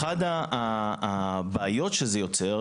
אחת הבעיות שזה יוצר,